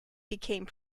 became